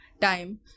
time